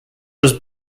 was